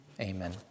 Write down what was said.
amen